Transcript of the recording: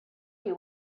you